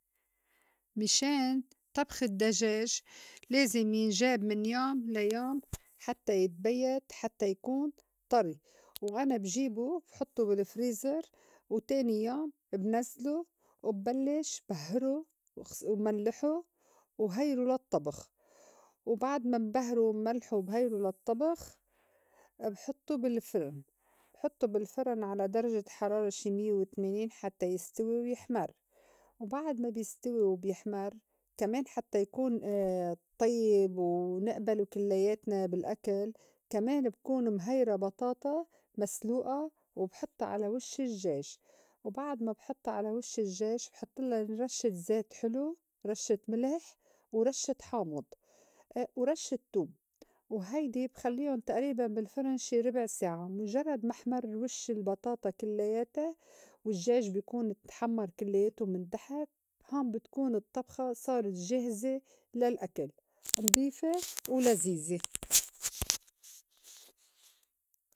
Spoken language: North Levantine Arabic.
ميشان طبخ الدّجاج لازم ينجاب من يوم ليوم حتّى يتبيّت حتّى يكون طري، وأنا بجيبو بحطّو بالفريزر وتاني يوم بنزْلو وبلّش بهّروا وملِّحو وهيرو للطّبخ. وبعد ما انبهروا وملحو وبهيرو للطّبخ بحطّو بالفِرِن. بحطّو بالفرن على درجة حرارة شي ميّة وتمانين حتّى يستوي ويحْمَر. وبعد ما بيستوي وبيحمر كمان حتّى يكون طيّب ونقبله كلّياتنا بالأكل، كمان بكون مهيرة بطاطا مسلوقة وبحطّا على وش الجّاج. وبعد مابحطّا على وش الجّاح بحطلّا رشّة زيت حلو، رشّة ملح، ورشّة حامُض، ورشّة توم. وهيدي بخلّيُن تقريباً بالفرن شي ربع ساعة مُجرّد ما احمر وش البطاطا كلياتها والجّاج بيكون تحمّر كلّياته من تحت هان بتكون الطّبخة صارت جاهزة للأكل ونضيفه ولزيزة.